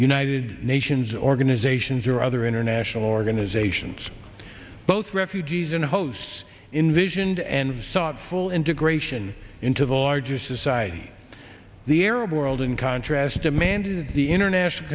united nations organizations or other international organizations both refugees and hosts in visioned and sought full integration into the larger society the arab world in contrast demanded the international